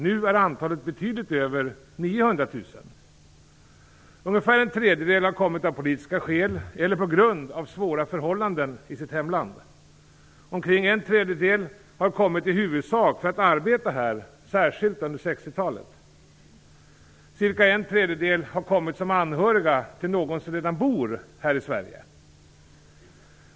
Nu är antalet betydligt över Ungefär en tredjedel har kommit av politiska skäl eller på grund av svåra förhållanden i sitt hemland. Omkring en tredjedel har kommit i huvudsak för att arbeta här, särskilt under 60-talet. Cirka en tredjedel har kommit som anhörig till någon som redan bor här i Sverige.